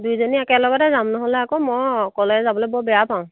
দুইজনী একেলগতে যাম নহ'লে আকৌ মই অকলে যাবলৈ বৰ বেয়া পাওঁ